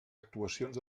actuacions